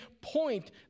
point